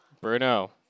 Bruno